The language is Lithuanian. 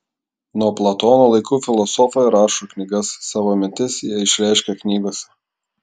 nuo platono laikų filosofai rašo knygas savo mintis jie išreiškia knygose